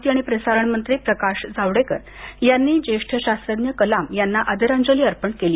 माहिती आणि प्रसारण मंत्री प्रकाश जावडेकर यांनी ज्येष्ठ शास्त्रज्ञ कलाम यांना आदरांजली अर्पण केली